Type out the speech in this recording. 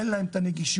אין להם את הנגישות.